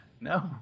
no